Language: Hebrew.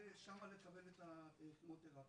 ושמה לקבל את הכימותרפיה.